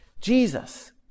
Jesus